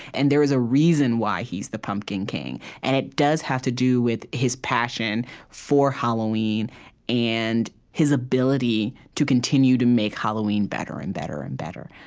and there is a reason why he's the pumpkin king. and it does have to do with his passion for halloween and his ability to continue to make halloween better and better and better.